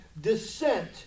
descent